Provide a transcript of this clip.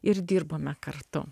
ir dirbome kartu